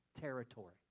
territory